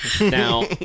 Now